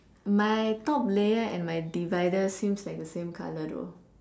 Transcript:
my top layer and my divider seems like the same colour though